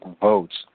votes